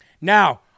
Now